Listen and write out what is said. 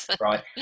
right